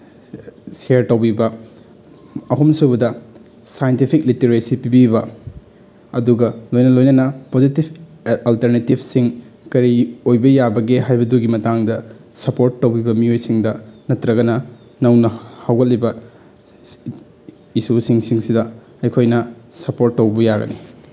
ꯁꯤꯌꯔ ꯇꯧꯕꯤꯕ ꯑꯍꯨꯝꯁꯨꯕꯗ scientific literacy ꯄꯤꯕꯤꯕ ꯑꯗꯨꯒ ꯂꯣꯏꯅ ꯂꯣꯏꯅꯅ ꯄꯣꯁꯤꯇꯤꯞ ꯑꯜꯇꯔꯅꯦꯇꯤꯞꯁꯤꯡ ꯀꯔꯤ ꯑꯣꯏꯕ ꯌꯥꯕꯒꯦ ꯍꯥꯏꯕꯗꯨꯒꯤ ꯃꯇꯥꯡꯗ ꯁꯄꯣꯔꯠ ꯇꯧꯕꯤꯕ ꯃꯤꯑꯣꯏꯁꯤꯡꯗ ꯅꯠꯇ꯭ꯔꯒꯅ ꯅꯧꯅ ꯍꯧꯒꯠꯂꯤꯕ ꯏꯁꯨꯁꯤꯡꯁꯤꯗ ꯑꯩꯈꯣꯏꯅ ꯁꯄꯣꯔꯠ ꯇꯧꯕ ꯌꯥꯒꯅꯤ